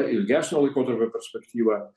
ilgesnio laikotarpio perspektyvą